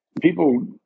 people